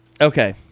Okay